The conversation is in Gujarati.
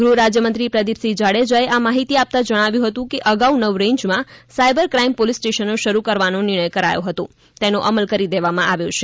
ગૃહરાજ્યમંત્રી પ્રદિપસિંહ જાડેજાએ આ માહિતી આપતાં જણાવ્યું હતું કે અગાઉ નવ રેજ્જમાં સાઇબર ક્રાઇમ પોલીસ સ્ટેશનો શરૂ કરવાનો નિર્ણય કરાયો હતો તેનો અમલ કરી દેવામાં આવ્યો છે